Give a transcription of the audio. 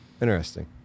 Interesting